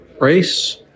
race